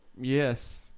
Yes